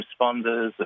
responders